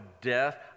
death